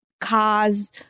cars